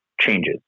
changes